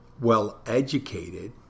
well-educated